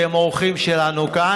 שהם אורחים שלנו כאן.